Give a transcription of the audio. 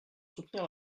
soutenir